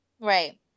Right